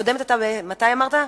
הקודמת היתה, מתי אמרת?